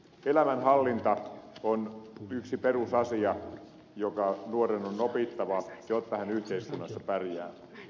elämänhallinta on yksi perusasia joka nuoren on opittava jotta hän yhteiskunnassa pärjää